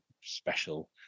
special